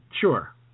Sure